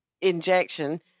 injection